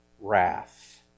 wrath